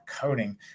coding